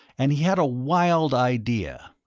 and he had a wild idea.